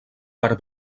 per